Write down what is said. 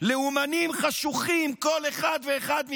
לאומנים חשוכים, כל אחד ואחד מכם.